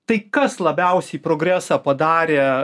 tai kas labiausiai progresą padarė